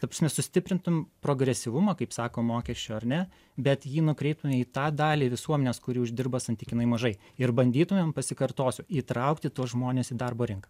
ta prasme sustiprintum progresyvumą kaip sako mokesčių ar ne bet jį nukreiptume į tą dalį visuomenės kuri uždirba santykinai mažai ir bandytumėm pasikartosiu įtraukti tuos žmones į darbo rinką